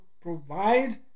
provide